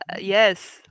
yes